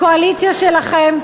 הקואליציה שלכם,